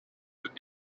wird